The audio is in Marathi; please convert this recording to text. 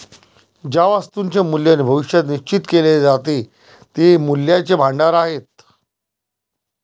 ज्या वस्तूंचे मूल्य भविष्यात निश्चित केले जाते ते मूल्याचे भांडार आहेत